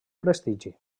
prestigi